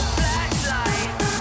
flashlight